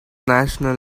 national